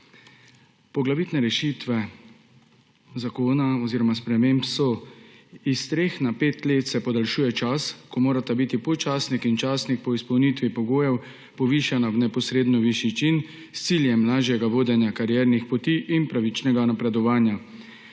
Poglavitne rešitve zakona oziroma sprememb so: s treh na pet let se podaljšuje čas, ko morata biti podčastnik in časnik po izpolnitvi pogojev povišana v neposredno višji čin s ciljem lažjega vodenja kariernih poti in pravičnega napredovanja;